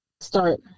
start